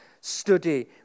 study